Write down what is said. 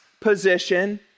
position